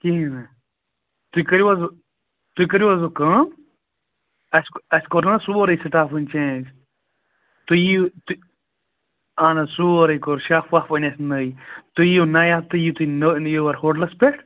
کِہیٖنٛۍ نہٕ تُہۍ کٔرِو حظ تُہۍ کٔرِو حظ وۅنۍ کٲم اَسہِ اَسہِ کوٚر نا سورُے سِٹاف وۅنی چینج تُہۍ یِییٖو تُہۍ اَہَن حظ سورُے کوٚر شیٚف ویٚف أنۍ اَسہِ نٔے تُہۍ ییٖیِو نَیہِ ہفتہٕ یِیِو تُہۍ نٔو یہِ یور ہوٹلَس پٮ۪ٹھ